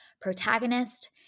protagonist